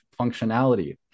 functionality